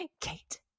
Kate